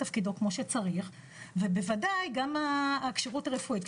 תפקידו כמו שצריך ובוודאי גם הכשירות הרפואית.